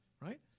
right